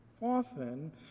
Often